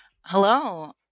Hello